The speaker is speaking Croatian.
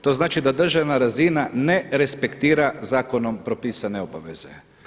To znači da državna razina ne respektira zakonom propisane obaveze.